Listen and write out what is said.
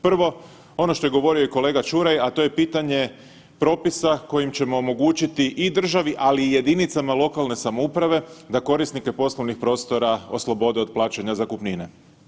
Prvo, ono što je govorio i kolega Ćuraj, a to je pitanje propisa kojim ćemo omogućiti i državi, ali i jedinicama lokalne samouprave da korisnike poslovnih prostora oslobode od plaćanja zakupnine.